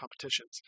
competitions